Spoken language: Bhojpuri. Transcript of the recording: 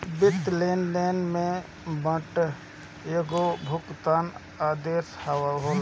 वित्तीय लेनदेन में वारंट एगो भुगतान आदेश होला